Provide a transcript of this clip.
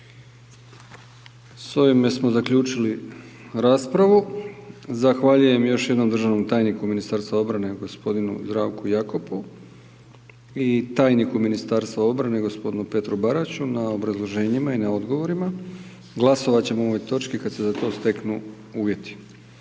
S ovime smo zaključili raspravu. Zahvaljujem još jednom državnom tajniku Ministarstva obrane g. Zdravku Jakopu i tajniku Ministarstva obrane g. Petru Baraću na obrazloženjima i na odgovorima. Glasovati ćemo o ovoj točki kada se za to steknu uvjeti.